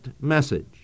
message